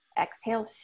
Exhale